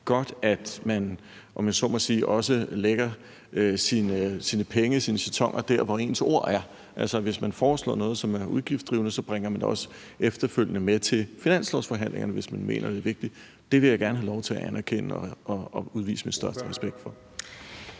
så må sige, også lægger sine penge, sine jetoner der, hvor ens ord er – altså hvis man foreslår noget, som er udgiftsdrivende, bringer man det også efterfølgende med til finanslovsforhandlingerne, hvis man mener, det er vigtigt. Det vil jeg gerne have lov til at anerkende og udvise min største respekt for.